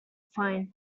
find